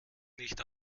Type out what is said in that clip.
nicht